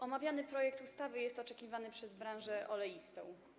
Omawiany projekt ustawy jest oczekiwany przez branżę oleistą.